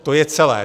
To je celé.